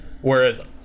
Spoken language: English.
whereas